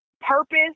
purpose